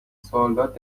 سوالات